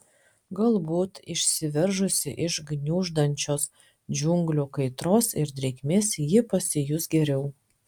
galbūt išsiveržusi iš gniuždančios džiunglių kaitros ir drėgmės ji pasijus geriau